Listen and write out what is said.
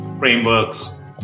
Frameworks